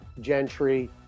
Gentry